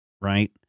Right